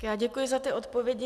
Tak já děkuji za ty odpovědi.